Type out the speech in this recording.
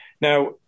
now